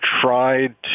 tried